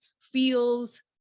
feels